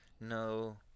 No